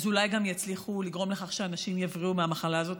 אולי גם יצליחו לגרום לכך שאנשים יבריאו מהמחלה הזאת.